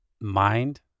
mind